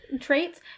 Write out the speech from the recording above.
traits